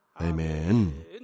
Amen